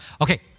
Okay